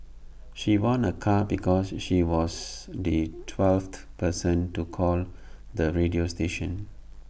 she won A car because she was the twelfth person to call the radio station